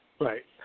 Right